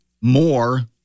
more